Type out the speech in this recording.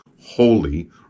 holy